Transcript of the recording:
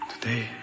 Today